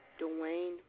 Dwayne